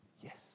Yes